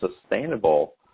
sustainable